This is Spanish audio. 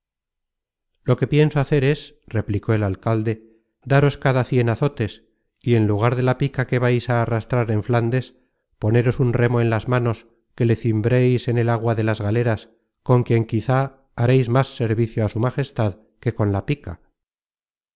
lo que pienso hacer es replicó el alcalde daros cada cien azotes y en lugar de la pica que vais á arrastrar en flándes poneros un remo en las manos que le cimbreis en el agua en las galeras con quien quizá hareis más servicio á su majestad que con la pica